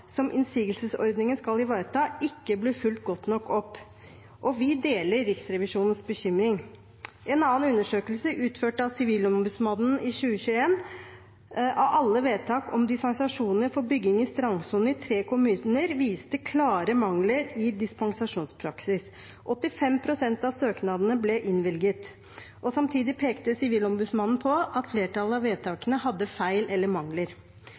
som innsigelsesordningen skal ivareta, ikke blir fulgt godt nok opp. Vi deler Riksrevisjonens bekymring. En annen undersøkelse utført av Sivilombudsmannen i 2021, av alle vedtak om dispensasjoner for bygging i strandsonen i tre kommuner, viste klare mangler i dispensasjonspraksis. 85 pst. av søknadene ble innvilget. Samtidig pekte Sivilombudsmannen på at flertallet av vedtakene hadde feil eller mangler.